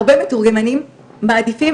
הרבה מתורגמנים מעדיפים,